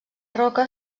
roca